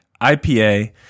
IPA